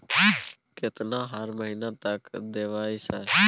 केतना हर महीना तक देबय सर?